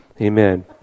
Amen